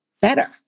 better